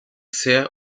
sea